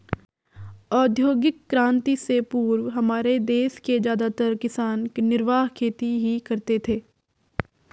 औद्योगिक क्रांति से पूर्व हमारे देश के ज्यादातर किसान निर्वाह खेती ही करते थे